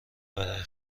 برا